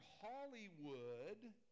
Hollywood